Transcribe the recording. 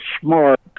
smart